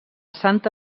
santa